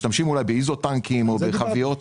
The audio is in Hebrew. משתמשים אולי באיזוטנקים, בחביות,